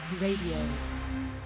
Radio